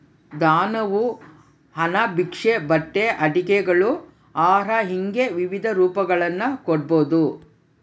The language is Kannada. ದಾನವು ಹಣ ಭಿಕ್ಷೆ ಬಟ್ಟೆ ಆಟಿಕೆಗಳು ಆಹಾರ ಹಿಂಗೆ ವಿವಿಧ ರೂಪಗಳನ್ನು ಕೊಡ್ಬೋದು